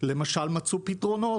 למשל מצאו פתרונות,